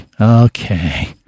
Okay